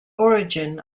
origin